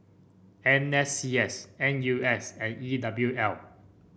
N S C S N U S and E W L